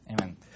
amen